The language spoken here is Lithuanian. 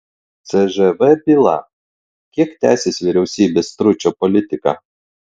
cžv byla kiek tęsis vyriausybės stručio politika